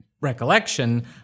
recollection